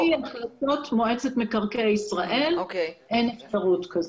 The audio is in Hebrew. מבחינת מועצת מקרקעי ישראל אין אפשרות כזאת.